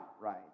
right